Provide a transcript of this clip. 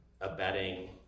abetting